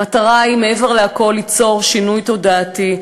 המטרה היא, מעבר לכול, ליצור שינוי תודעתי,